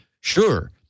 sure